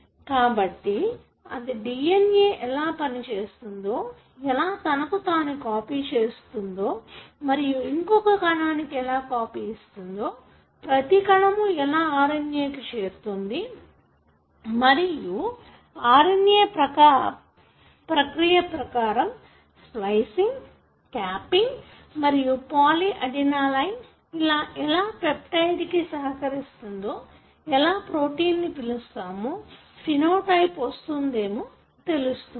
కాబట్టి అది DNA ఎలా పనిచేస్తుందో ఎలా తనకు తాను కాపీ చేస్తుందో మరియు ఇంకొక కణానికి ఎలా కాపీ ఇస్తుందో ప్రతి కణము ఎలా RNA ను చేరుతుంది మరియు RNA ప్రక్రియ ప్రకారం ఎలా స్ప్లిసింగ్ కాప్పింగ్ మరియు పాలీఅడినైలాటిన్ అది ఎలా పెప్టైడ్ కి సహకరిస్తుందో ఎలా ప్రోటీన్ ను పిలుస్తామో ఫెనోటైప్ వస్తుందోమో తెలుస్తుంది